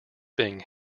being